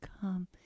come